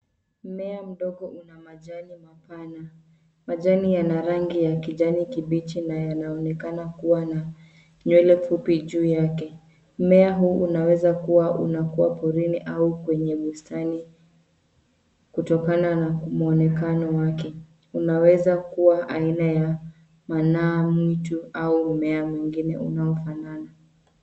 Mmea mdogo una majani mapana. Majani yana rangi ya kijani kibichi na yanaonekana kuwa na nywele fupi juu yake. Mmea huu unaweza kuwa unakua porini au kwenye bustani kutokana na mwonekano wake. Unaweza kuwa aina ya manaa mwitu au mmea mwingine unaofanana.